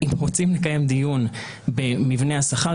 אם רוצים לקיים דיון במבנה השכר,